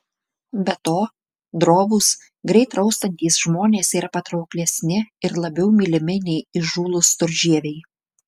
be to drovūs greit raustantys žmonės yra patrauklesni ir labiau mylimi nei įžūlūs storžieviai